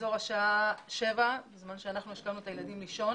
באזור השעה 19:00, בזמן שהשכבנו את הילדים לישון